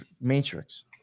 matrix